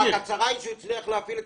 רק שהצרה היא שהוא הצליח להפעיל את